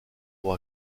pour